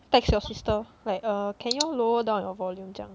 text your sister like err can you all lower down your volume 这样